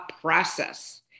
process